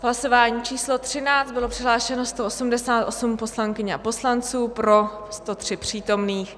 V hlasování číslo 13 bylo přihlášeno 188 poslankyň a poslanců, pro 103 přítomných.